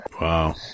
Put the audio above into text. wow